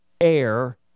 air